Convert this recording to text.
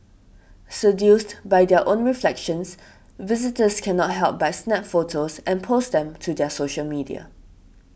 seduced by their own reflections visitors cannot help but snap photos and post them to their social media